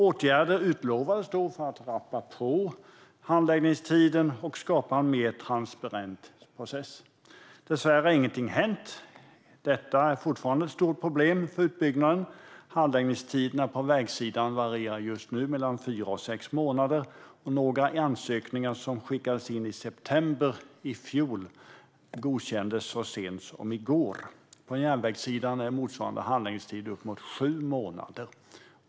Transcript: Åtgärder utlovades då för att man ska rappa på handläggningstiden och skapa en mer transparent process. Dessvärre har ingenting hänt. Detta är fortfarande ett stort problem för utbyggnaden. Handläggningstiderna på vägsidan varierar just nu mellan fyra och sex månader. Några ansökningar som skickades in i september i fjol godkändes så sent som i går. På järnvägssidan är motsvarande handläggningstider uppemot sju månader.